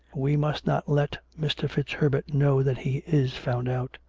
we must not let mr. fitzherbert know that he is found out.